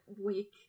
week